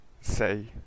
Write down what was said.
say